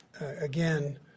Again